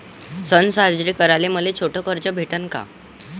सन साजरे कराले मले छोट कर्ज भेटन का?